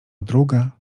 druga